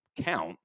count